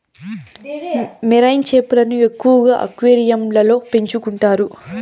marine చేపలను ఎక్కువగా అక్వేరియంలలో పెంచుకుంటారు